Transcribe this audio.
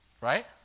Right